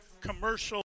commercial